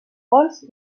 bons